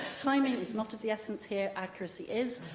timing is not of the essence here accuracy is.